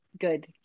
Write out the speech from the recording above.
good